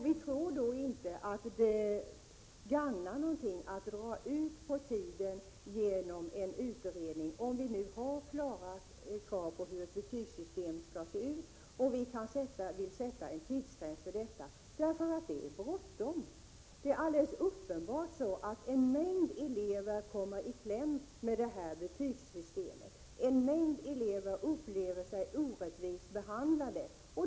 Vi tror inte att det gagnar att dra ut på tiden genom en utredning, om vi nu har klara krav på hur ett betygssystem skall se ut och vill sätta en tidsgräns för reformen — det är nämligen bråttom. Alldeles uppenbart kommer en mängd elever i kläm med nuvarande betygssystem, och många känner sig orättvist behandlade.